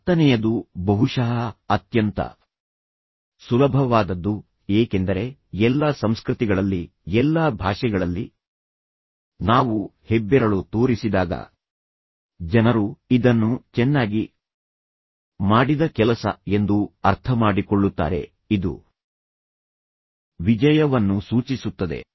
ಹತ್ತನೆಯದು ಬಹುಶಃ ಅತ್ಯಂತ ಸುಲಭವಾದದ್ದು ಏಕೆಂದರೆ ಎಲ್ಲಾ ಸಂಸ್ಕೃತಿಗಳಲ್ಲಿ ಎಲ್ಲಾ ಭಾಷೆಗಳಲ್ಲಿ ನಾವು ಹೆಬ್ಬೆರಳು ತೋರಿಸಿದಾಗ ಜನರು ಇದನ್ನು ಚೆನ್ನಾಗಿ ಮಾಡಿದ ಕೆಲಸ ಎಂದು ಅರ್ಥಮಾಡಿಕೊಳ್ಳುತ್ತಾರೆ ಇದು ವಿಜಯವನ್ನು ಸೂಚಿಸುತ್ತದೆ